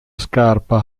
scarpa